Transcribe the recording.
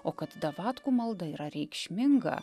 o kad davatkų malda yra reikšminga